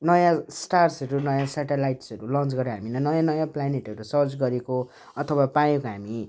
नयाँ स्टार्सहरू नयाँ स्याटेलाइट्सहरू लन्च गरेर हामीलाई नयाँ नयाँ प्लानेटहरू सर्च गरेको अथवा पाएको हामी